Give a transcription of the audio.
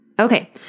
Okay